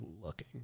looking